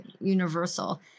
universal